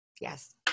Yes